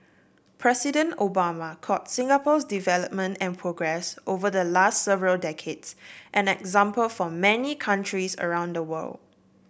President Obama called Singapore's development and progress over the last several decades an example for many countries around the world